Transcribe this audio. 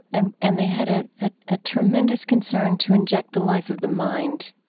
and and they had a ah ah tremendous concern to inject the life of the mind,